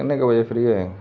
ਕਿੰਨੇ ਕੁ ਵਜੇ ਫਰੀ ਹੋਏਗਾ